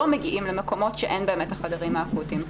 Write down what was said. מגיעים למקומות שאין בהם את החדרים האקוטיים.